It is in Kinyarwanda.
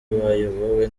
bayobowe